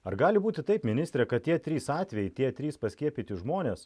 ar gali būti taip ministre kad tie trys atvejai tie trys paskiepyti žmonės